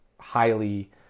highly